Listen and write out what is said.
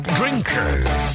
drinkers